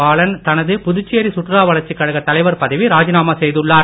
பாலன் தனது புதுச்சேரி சுற்றுலா வளர்ச்சிக் கழக தலைவர் பதவியை ராஜினாமா செய்துள்ளார்